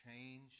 change